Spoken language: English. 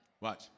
Watch